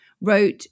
Wrote